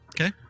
okay